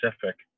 Pacific